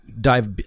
dive